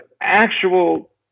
actual